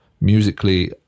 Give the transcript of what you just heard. musically